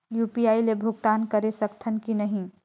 UPI ले भुगतान करे सकथन कि नहीं?